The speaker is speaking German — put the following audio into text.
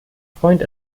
freund